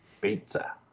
Pizza